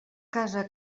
casa